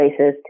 racist